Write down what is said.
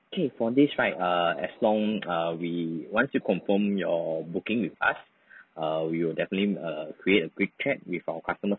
okay for this right err as long err we once you confirm your booking with us err we will definitely err create a group chat with our customers